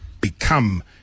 become